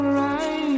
right